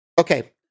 Okay